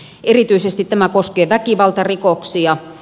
erityisesti tämä koskee väkivaltarikoksia